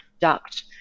duct